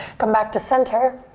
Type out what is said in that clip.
come back to center.